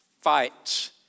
fights